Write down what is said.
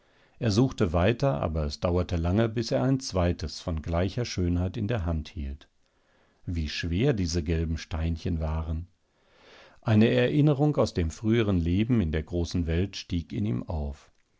er suchte weiter aber es dauerte lange bis er ein zweites von gleicher schönheit in der hand hielt wie schwer diese gelben steinchen waren eine erinnerung aus dem früheren leben in der großen welt stieg in ihm auf